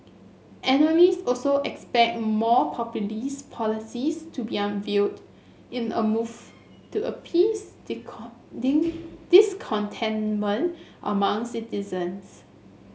analyst also expect more populist policies to be unveiled in a move to appease discontentment among citizens